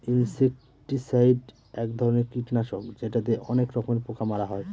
insecticide এক ধরনের কীটনাশক যেটা দিয়ে অনেক রকমের পোকা মারা হয়